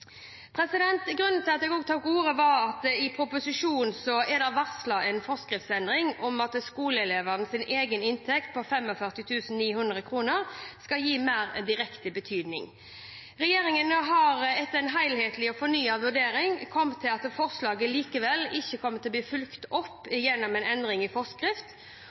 til at jeg tok ordet, var at det i proposisjonen er varslet en forskriftsendring om at skoleelevens egen inntekt på 45 900 kr skal gis mer direkte betydning. Regjeringen har etter en helhetlig og fornyet vurdering kommet til at forslaget likevel ikke kommer til å bli fulgt opp gjennom en endring i forskrift.